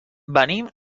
venim